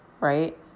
right